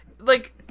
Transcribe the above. Like-